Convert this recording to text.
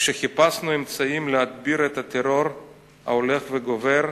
כשחיפשנו אמצעים להדביר את הטרור ההולך וגובר,